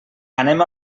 anem